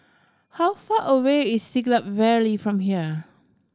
how far away is Siglap Valley from here